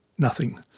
nothing.